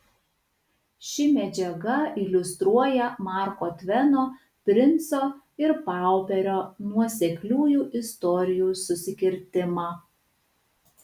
ši medžiaga iliustruoja marko tveno princo ir pauperio nuosekliųjų istorijų susikirtimą